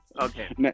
Okay